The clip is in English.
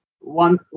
one